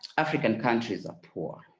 african countries are poor.